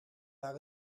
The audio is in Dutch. waar